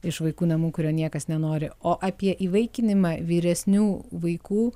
iš vaikų namų kurio niekas nenori o apie įvaikinimą vyresnių vaikų